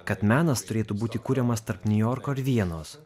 kad menas turėtų būti kuriamas tarp niujorko ir vienos